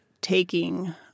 taking